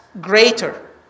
greater